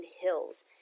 Hills